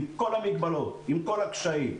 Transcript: עם כל המגבלות והקשיים,